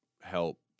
help